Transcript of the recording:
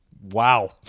Wow